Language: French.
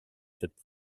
cette